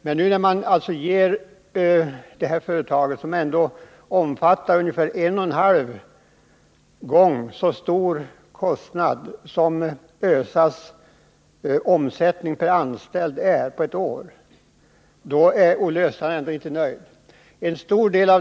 Men när man nu ger detta företag, som har ungefär en och en halv gång så stor kostnad som ÖSA har per anställd på ett år, då är Olle Östrand ändå inte nöjd.